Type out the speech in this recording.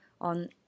on